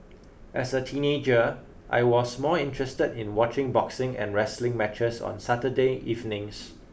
as a teenager I was more interested in watching boxing and wrestling matches on Saturday evenings